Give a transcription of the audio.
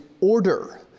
order